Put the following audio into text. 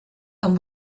amb